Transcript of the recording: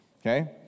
okay